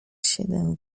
siedem